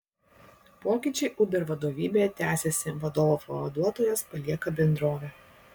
pokyčiai uber vadovybėje tęsiasi vadovo pavaduotojas palieka bendrovę